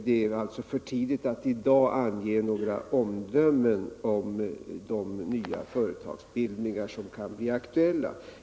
Det är alltså för tidigt att i dag avge några omdömen om de nya företagsbildningar som kan bli aktuella.